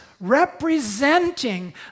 representing